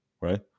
right